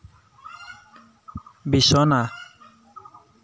বিছনা